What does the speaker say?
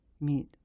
meet